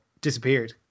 disappeared